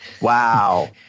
Wow